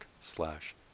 slash